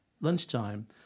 lunchtime